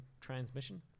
transmission